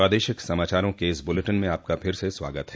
प्रादेशिक समाचारों के इस ब्रलेटिन में आपका फिर से स्वागत है